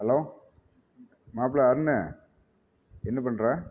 hello மாப்பிள அருண் என்ன பண்ணுற